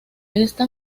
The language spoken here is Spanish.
esta